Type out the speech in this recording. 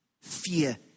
Fear